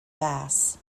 bass